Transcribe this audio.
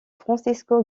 francesco